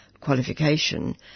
qualification